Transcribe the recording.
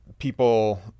people